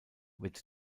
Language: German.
wird